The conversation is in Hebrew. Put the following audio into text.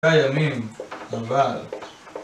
לימים אבל